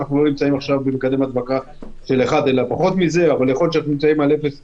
אבל כרגע יש אצלנו דיונים להפריד ולאפשר לצימרים להתחיל לפעול לפני.